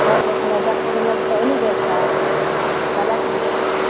तब एक हजार डॉकटर कन जाइ छै तऽ ओहिना जाइ छै मे जाइ छै